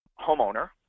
homeowner